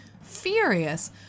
Furious